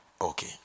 Okay